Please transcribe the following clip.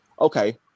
Okay